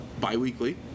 bi-weekly